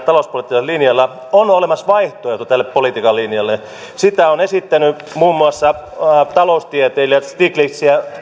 talouspoliittisella linjalla on olemassa vaihtoehto tälle politiikan linjalle sitä on esitetty muun muassa taloustieteilijä stiglitz